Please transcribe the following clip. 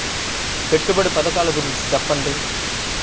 పెట్టుబడి పథకాల గురించి చెప్పండి?